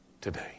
today